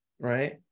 Right